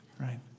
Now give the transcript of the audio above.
Right